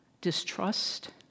distrust